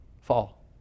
fall